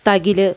തകില്